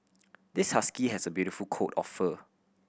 this husky has a beautiful coat of fur